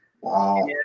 Wow